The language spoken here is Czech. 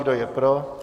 Kdo je pro?